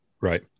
Right